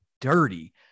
dirty